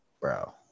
bro